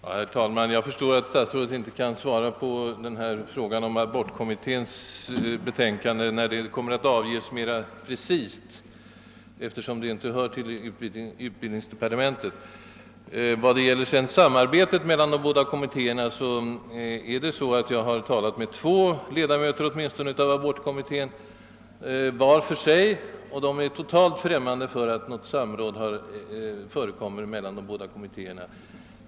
Herr talman! Jag förstår att statsrådet inte mera preciserat kunnat svara på frågan om när abortkommitténs betänkande kommer att avges, eftersom denna kommitté inte hör till utbildningsdepartementet. " Vad sedan gäller samarbetet mellan de båda kommittéerna, har jag talat med åtminstone två ledamöter av abortkommittén — var för sig — och de är totalt främmande för att något samråd förekommer mellan kommittéerna.